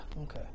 Okay